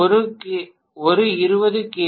மாணவர் ஒரு 20 கே